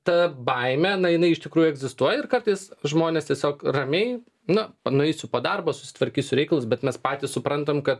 ta baime na jinai iš tikrųjų egzistuoja ir kartais žmonės tiesiog ramiai nu nueisiu po darbo susitvarkysiu reikalus bet mes patys suprantam kad